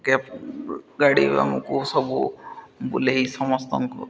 cab ଗାଡ଼ି ଆମକୁ ସବୁ ବୁଲେଇ ସମସ୍ତଙ୍କୁ